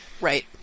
Right